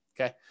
okay